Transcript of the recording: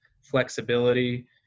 flexibility